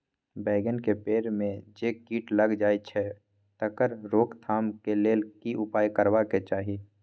बैंगन के पेड़ म जे कीट लग जाय छै तकर रोक थाम के लेल की उपाय करबा के चाही?